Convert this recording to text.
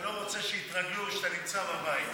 לא רוצה שיתרגלו שאתה נמצא בבית